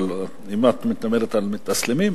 אבל אם את מדברת על מתאסלמים,